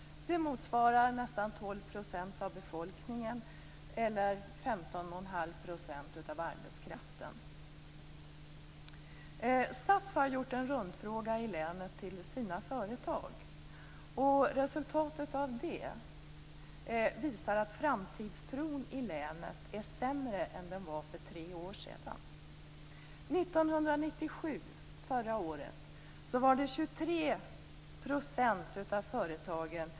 Det motsvarar nästan 12 % av befolkningen eller 15 1⁄2 % av arbetskraften. SAF har gjort en rundfråga till sina företag i länet. Resultatet visar att framtidstron i länet är sämre än den var för tre år sedan.